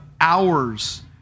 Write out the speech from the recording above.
hours